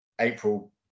April